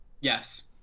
Yes